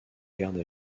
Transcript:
garde